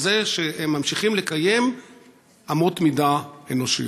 על זה שהם ממשיכים לקיים אמות מידה אנושיות.